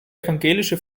evangelische